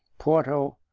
porto,